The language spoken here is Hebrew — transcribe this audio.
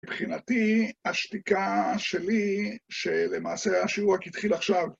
מבחינתי השתיקה שלי שלמעשה השיעור רק התחיל עכשיו.